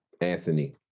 Anthony